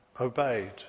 obeyed